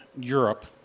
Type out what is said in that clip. Europe